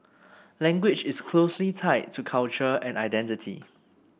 language is closely tied to culture and identity